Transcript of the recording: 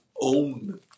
own